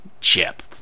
Chip